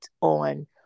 on